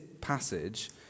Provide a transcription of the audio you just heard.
passage